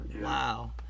Wow